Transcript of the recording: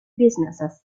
businesses